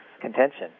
contention